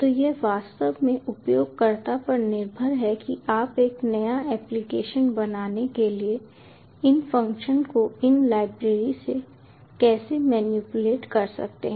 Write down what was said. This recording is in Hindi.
तो यह वास्तव में उपयोगकर्ता पर निर्भर है कि आप एक नया एप्लिकेशन बनाने के लिए इन फंक्शन को इन लाइब्रेरीज में कैसे मैनिपुलेट कर सकते हैं